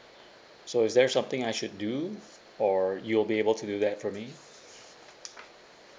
so is there something I should do f~ or you'll be able to do that for me